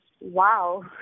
Wow